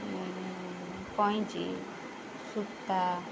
କଇଁଚି ସୂତା